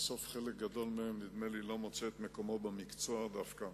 ובסוף חלק גדול מהם לא מוצאים את מקומם במקצוע דווקא,